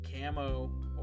camo